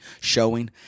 showing